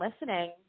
listening